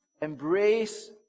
embrace